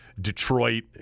Detroit